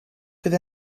fydd